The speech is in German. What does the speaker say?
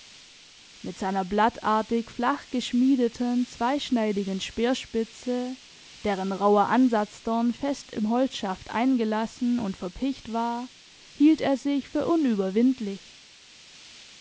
mit seiner blattartig flachgeschmiedeten zweischneidigen speerspitze deren rauher ansatzdorn fest im holzschaft eingelassen und verpicht war hielt er sich für unüberwindlich